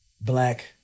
black